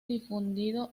difundido